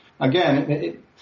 Again